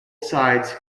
sides